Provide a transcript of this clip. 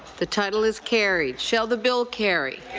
the title is carried. shall the bill carry?